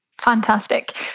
Fantastic